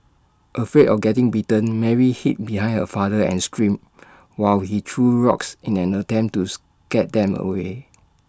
afraid of getting bitten Mary hid behind her father and screamed while he threw rocks in an attempt to scare them away